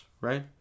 Right